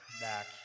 back